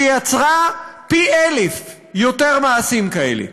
שיצרה פי אלף יותר מעשים כאלה.